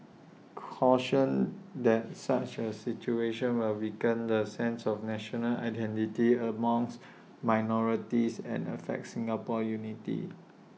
cautioned that such A situation will weaken the sense of national identity among minorities and affect Singapore's unity